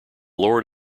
lord